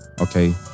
okay